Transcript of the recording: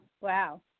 wow